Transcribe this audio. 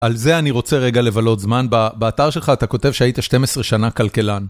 על זה אני רוצה רגע לבלות זמן, באתר שלך אתה כותב שהיית 12 שנה כלכלן.